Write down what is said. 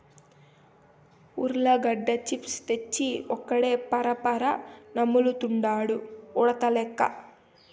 ఉర్లగడ్డ చిప్స్ తెచ్చి ఒక్కడే పరపరా నములుతండాడు ఉడతలెక్క